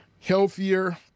healthier